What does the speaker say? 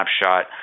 snapshot